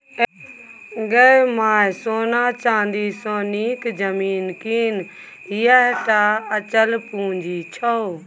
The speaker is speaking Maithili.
गै माय सोना चानी सँ नीक जमीन कीन यैह टा अचल पूंजी छौ